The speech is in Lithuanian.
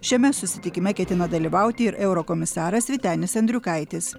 šiame susitikime ketina dalyvauti ir eurokomisaras vytenis andriukaitis